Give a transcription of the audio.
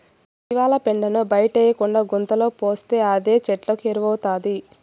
జీవాల పెండను బయటేయకుండా గుంతలో పోస్తే అదే చెట్లకు ఎరువౌతాది